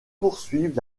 poursuivent